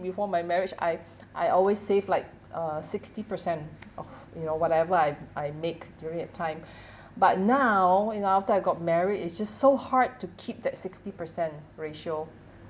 before my marriage I I always save like uh sixty percent of you know whatever I I make during that time but now you know after I got married it's just so hard to keep that sixty percent ratio